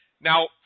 Now